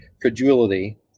credulity